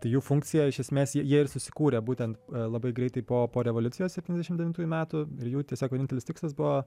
tai jų funkcija iš esmės jie ir susikūrė būtent labai greitai po po revoliucijos septyniasdešimt devintųjų metų ir jų tiesiog vienintelis tikslas buvo